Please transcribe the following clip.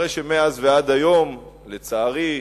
הרי שמאז ועד היום, לצערי,